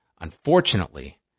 Unfortunately